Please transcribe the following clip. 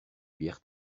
bières